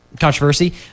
controversy